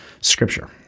scripture